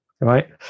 right